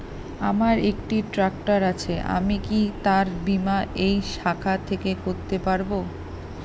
আমার একটি ট্র্যাক্টর আছে আমি কি তার বীমা এই শাখা থেকে করতে পারব?